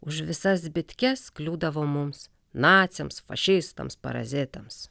už visas zbitkes kliūdavo mums naciams fašistams parazitams